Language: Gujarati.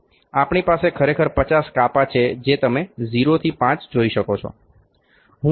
આપણી પાસે ખરેખર 50 કાપા છે જે તમે 0 થી 5 જોઈ શકો છો